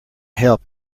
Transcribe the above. help